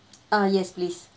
uh yes please